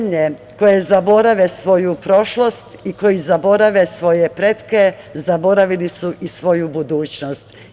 Zemlje koje zaborave svoju prošlost i koji zaborave svoje pretke, zaboravili su i svoju budućnost.